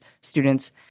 students